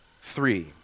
three